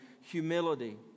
humility